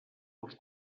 dels